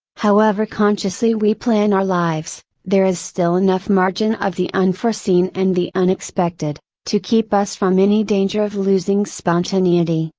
however consciously we plan our lives, there is still enough margin of the unforeseen and the unexpected, to keep us from any danger of losing spontaneity,